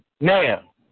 Now